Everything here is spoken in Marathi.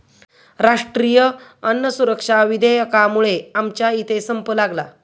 राष्ट्रीय अन्न सुरक्षा विधेयकामुळे आमच्या इथे संप लागला